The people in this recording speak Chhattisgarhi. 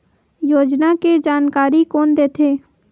योजना के जानकारी कोन दे थे?